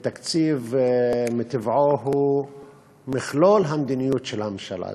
ותקציב מטבעו הוא מכלול המדיניות של הממשלה.